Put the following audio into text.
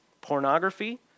Pornography